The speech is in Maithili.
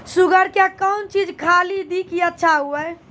शुगर के कौन चीज खाली दी कि अच्छा हुए?